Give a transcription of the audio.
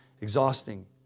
exhausting